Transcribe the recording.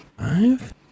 five